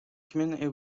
community